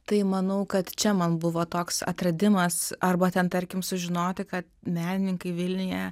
tai manau kad čia man buvo toks atradimas arba ten tarkim sužinoti kad menininkai vilniuje